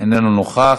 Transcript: איננו נוכח.